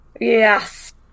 Yes